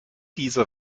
diese